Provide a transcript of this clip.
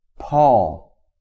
Paul